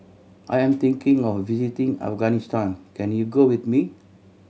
I am thinking of visiting Afghanistan can you go with me